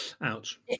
Ouch